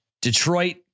Detroit